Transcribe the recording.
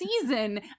season